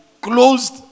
closed